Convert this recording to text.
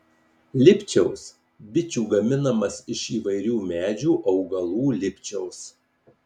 lipčiaus bičių gaminamas iš įvairių medžių augalų lipčiaus